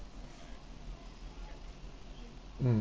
mm